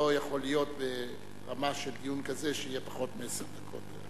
לא יכולה להיות רמה של דיון כזה עם פחות מעשר דקות.